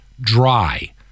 dry